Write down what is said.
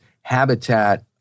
habitat